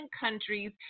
countries